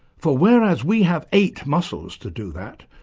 for whereas we have eight muscles to do that,